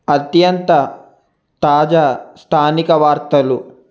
అత్యంత తాజా స్థానిక వార్తలు